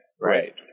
Right